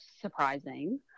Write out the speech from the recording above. Surprising